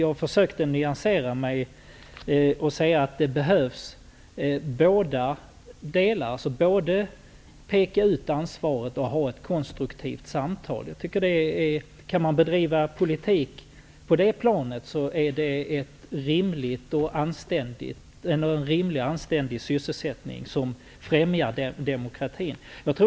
Jag försökte nyansera debatten och säga att man behöver både peka ut ansvaret och föra ett konstruktivt samtal. Kan man bedriva politik på det planet är det en rimlig och anständig sysselsättning, som främjar demokratin.